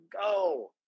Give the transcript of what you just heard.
go